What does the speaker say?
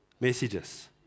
messages